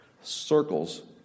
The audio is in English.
circles